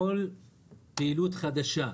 כל פעילות חדשה,